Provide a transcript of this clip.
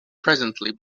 presently